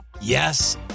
Yes